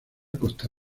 costa